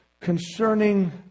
concerning